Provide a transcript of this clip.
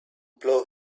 blow